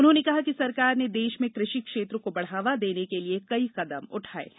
उन्होंने कहा कि सरकार ने देश में कृषि क्षेत्र को बढावा देने के लिये कई कदम उठाए है